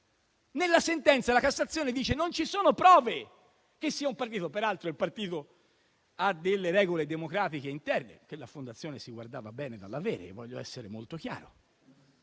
Nella sentenza la Cassazione dice che non ci sono prove che sia un partito. Peraltro il partito ha delle regole democratiche interne che la fondazione si guardava bene dall'avere. Voglio essere molto chiaro.